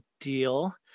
deal